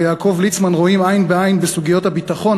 ויעקב ליצמן רואים עין בעין בסוגיות הביטחון,